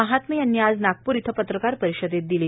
महात्मे यांनी आज नागपूर इथं पत्रकार परिषदेत दिली